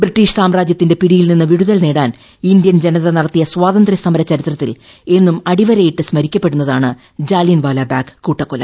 British സാമ്രാജൃത്തിന്റെ പിടിയിൽ നിന്ന് വിടുതൽ നേടാൻ ഇന്ത്യൻ ജനത നടത്തിയ സ്വാതന്ത്യ സമര ചരിത്രത്തിൽ എന്നും അടിവരയിട്ട് സ്മരിക്കപ്പെടുന്നതാണ് ജാലിയൻ വാലാബാഗ് കൂട്ടക്കൊല